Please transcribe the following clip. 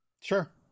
sure